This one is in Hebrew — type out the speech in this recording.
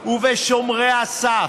ובשומרי הסף.